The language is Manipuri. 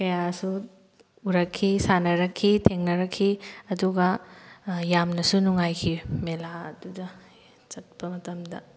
ꯀꯌꯥꯁꯨ ꯎꯔꯛꯈꯤ ꯁꯥꯟꯅꯔꯛꯈꯤ ꯊꯦꯡꯅꯔꯛꯈꯤ ꯑꯗꯨꯒ ꯌꯥꯝꯅꯁꯨ ꯅꯨꯡꯉꯥꯏꯈꯤ ꯃꯦꯂꯥ ꯑꯗꯨꯗ ꯆꯠꯄ ꯃꯇꯝꯗ